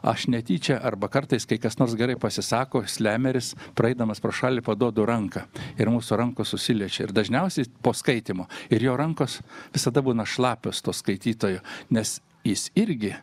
aš netyčia arba kartais kai kas nors gerai pasisako slemeris praeidamas pro šalį paduodu ranką ir mūsų rankos susiliečia ir dažniausiai po skaitymo ir jo rankos visada būna šlapios to skaitytojo nes jis irgi